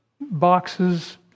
boxes